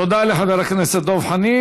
תודה לחבר הכנסת דב חנין.